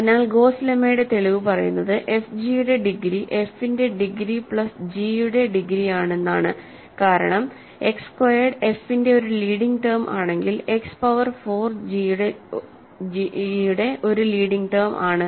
അതിനാൽ ഗോസ്സ് ലെമ്മയുടെ തെളിവ് പറയുന്നത് fg യുടെ ഡിഗ്രി f ന്റെ ഡിഗ്രി പ്ലസ് ജി യുടെ ഡിഗ്രിയാണെന്നാണ് കാരണം എക്സ് സ്ക്വയേർഡ് എഫ് ന്റെ ഒരു ലീഡിങ് ടെം ആണെങ്കിൽ എക്സ് പവർ 4 g യുടെ ഒരു ലീഡിങ് ടെം ആണ്